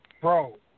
bro